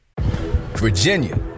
Virginia